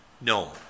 No